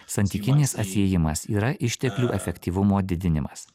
santykinis atsiejimas yra išteklių efektyvumo didinimas